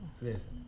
listen